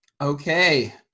Okay